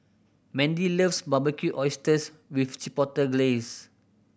Mendy loves Barbecued Oysters with Chipotle Glaze